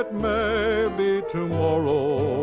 may be tomorrow.